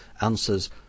answers